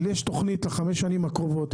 אבל יש תוכנית לחמש השנים הקרובות.